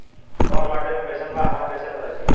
कोउन माटी कई सन बा हमरा कई से पता चली?